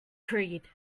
creed